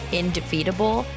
indefeatable